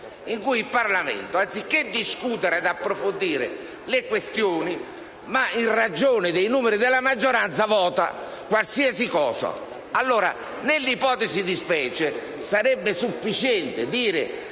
in cui il Parlamento, anziché discutere e approfondire le questioni, in ragione dei numeri della maggioranza vota qualsiasi cosa. Nell'ipotesi di specie sarebbe sufficiente dire